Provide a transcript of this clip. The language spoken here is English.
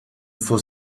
for